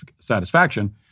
satisfaction